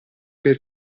per